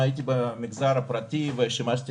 מדובר ב-400 מיליוני שקלים פטור מארנונה לעסקים